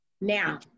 Now